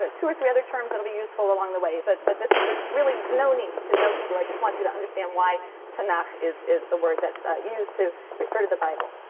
ah two or three other terms that'll be useful along the way, but but there's really no need to know hebrew. i just want you to understand why tanakh is is the word that's used to refer to the bible.